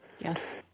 Yes